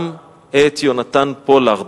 גם את יהונתן פולארד,